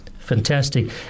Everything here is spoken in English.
Fantastic